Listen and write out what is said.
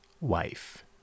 wife